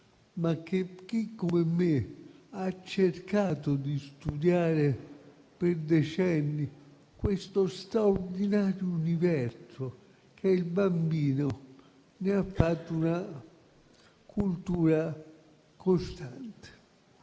Chi, come me, ha cercato di studiare per decenni questo straordinario universo che è il bambino ne ha fatto una cultura costante.